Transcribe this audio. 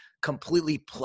completely